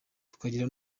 tukagira